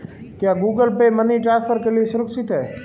क्या Google Pay money transfer के लिए सुरक्षित है?